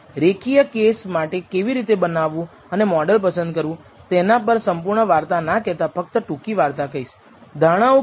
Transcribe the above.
નોંધ લો કે આ સામાન્ય વસ્તુ જેવું જ છે જે કહે છે કે સાચું મૂલ્ય અંદાજ અથવા 2 વખત સ્ટાન્ડર્ડ ડેવિએશન વચ્ચેનું છે